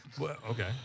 Okay